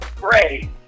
great